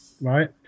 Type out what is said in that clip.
right